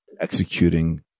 executing